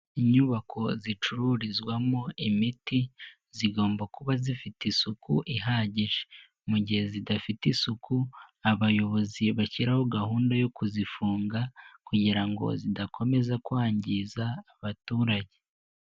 Inyubako zicururizwamo imiti zigomba kuba zifite isuku ihagije. Mu gihe zidafite isuku abayobozi bashyiraho gahunda yo kuzifunga kugira ngo zidakomeza kwangiza abaturage.